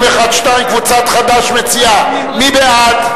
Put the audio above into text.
קבוצת חד"ש מציעה הסתייגות 81. מי בעד,